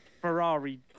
Ferrari